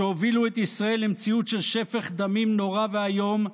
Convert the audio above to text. שהובילו את ישראל למציאות של שפך דמים נורא ואיום,